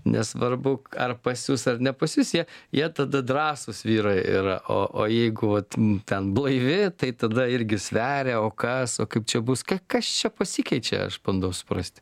nesvarbu ar pasiųs ar nepasiųs jie jie tada drąsūs vyrai yra o o jeigu vat m ten blaivi tai tada irgi sveria o kas o kaip čia bus kai kas čia pasikeičia aš bandau suprast